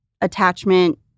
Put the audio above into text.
attachment